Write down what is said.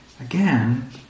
Again